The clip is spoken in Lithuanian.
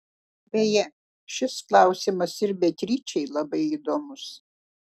beje šis klausimas ir beatričei labai įdomus